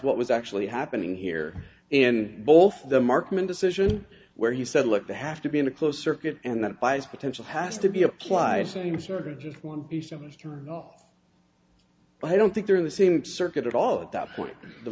what was actually happening here and both the market and decision where he said look to have to be in a closed circuit and that buys potential has to be applied same sort of just one piece and all but i don't think they're in the same circuit at all at that point the